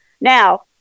Now